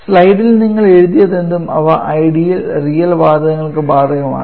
സ്ലൈഡിൽ നിങ്ങൾ എഴുതുന്നതെന്തും അവ ഐഡിയൽ റിയൽ വാതകങ്ങൾക്ക് ബാധകമാണ്